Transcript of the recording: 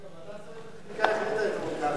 ועדת השרים לחקיקה החליטה,